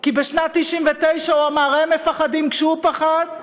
כי בשנת 1999 הוא אמר: הם מפחדים, כשהוא פחד,